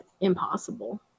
impossible